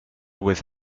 with